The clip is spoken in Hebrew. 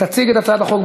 תציג את הצעת החוק,